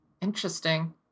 interesting